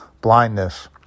blindness